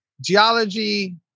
geology